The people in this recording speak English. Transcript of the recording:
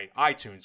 iTunes